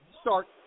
start